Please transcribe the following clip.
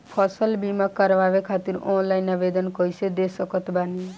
फसल बीमा करवाए खातिर ऑनलाइन आवेदन कइसे दे सकत बानी?